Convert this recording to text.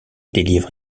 délivre